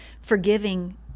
forgiving